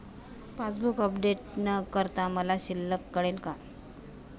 Passbook update न करता मला शिल्लक कळेल का?